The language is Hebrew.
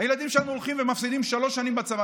הילדים שלנו הולכים ומפסידים שלוש שנים בצבא,